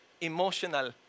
emotional